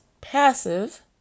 passive